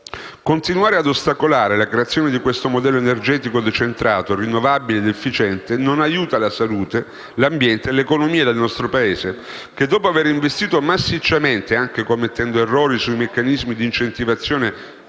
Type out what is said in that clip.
Continuare a ostacolare la creazione di questo modello energetico decentrato, rinnovabile ed efficiente non aiuta la salute, l'ambiente e l'economia del nostro Paese che, dopo aver investito massicciamente - anche commettendo errori sui meccanismi di incentivazione che